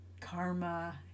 karma